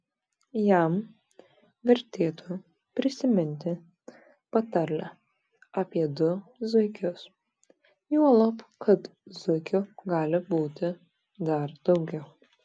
jam vertėtų prisiminti patarlę apie du zuikius juolab kad zuikių gali būti dar daugiau